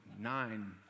Nine